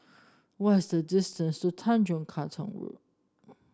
what is the distance to Tanjong Katong Road